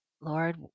Lord